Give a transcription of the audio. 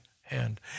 hand